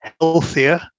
healthier